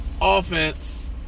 offense